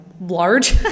large